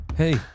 Hey